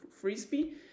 frisbee